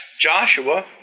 Joshua